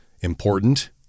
important